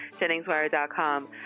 JenningsWire.com